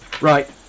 Right